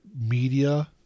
media